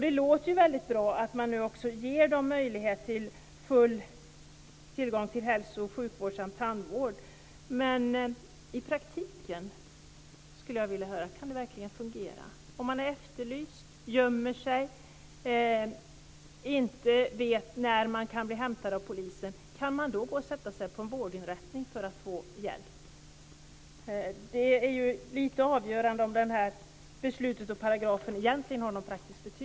Det låter väldigt bra att man nu ger dem möjlighet till full tillgång till hälso och sjukvård samt tandvård. Men jag skulle vilja höra om det verkligen kan fungera i praktiken. Om man är efterlyst, gömmer sig och inte vet när man kan bli hämtad av polisen, kan man då gå och sätta sig på en vårdinrättning för att få hjälp? Det är lite avgörande för om det här beslutet och paragrafen egentligen har någon betydelse.